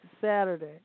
Saturday